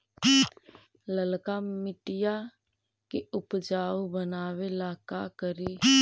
लालका मिट्टियां के उपजाऊ बनावे ला का करी?